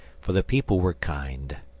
for the people were kind.